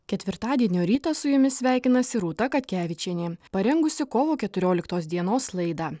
ketvirtadienio rytą su jumis sveikinasi rūta katkevičienė parengusi kovo keturioliktos dienos laidą